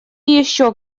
еще